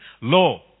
law